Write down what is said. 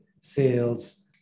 sales